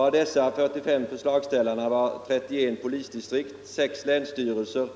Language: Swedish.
Av dessa 45 förslagställare var 31 polisdistrikt) = 6 länsstyrelser,